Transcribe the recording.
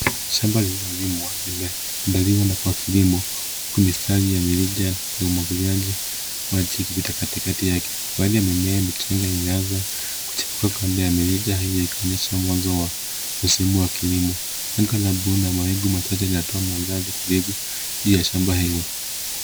Shamba lililolimwa limeandaliwa na kwa kilimo huku mistari ya mirija ya umwagiliaji maji ikipita katikati yake. Baadhi ya mimea michanga imeanza kuchipuka kando ya mirija hiyo ikionyesha mwanzo wa msimu wa kilimo. Anga la buluu na mawingu machache inatoa mandhari tulivu ya shamba hili.